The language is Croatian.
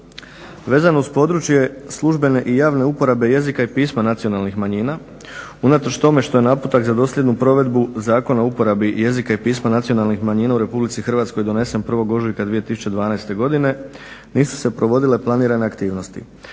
Vezano uz područje službene i javne uporabe jezika i pisma nacionalnih manjina, unatoč tome što je naputak za dosljednu provedbu Zakona o uporabi jezika i pisma nacionalnih manjina u Republici Hrvatskoj donesen 1. ožujka 2012. godine nisu se provodile planirane aktivnosti.